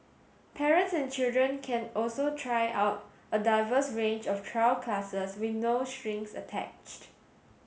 parents and children can also try out a diverse range of trial classes with no strings attached